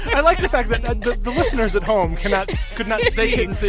i like the fact that ah the listeners at home could not could not see.